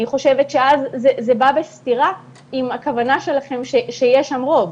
אז זה בא בסתירה עם הכוונה שלכם שיש שם רוב.